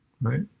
right